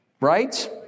right